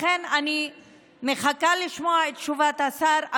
לכן אני מחכה לשמוע את תשובת השר.